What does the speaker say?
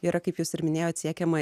yra kaip jūs ir minėjot siekiama